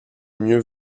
mieux